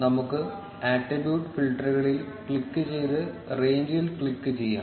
നമുക്ക് ആട്രിബ്യൂട്ട് ഫിൽട്ടറുകളിൽ ക്ലിക്ക് ചെയ്ത് റേഞ്ചിൽ ക്ലിക്ക് ചെയ്യാം